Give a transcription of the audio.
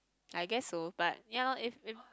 I guess so but ya lor if if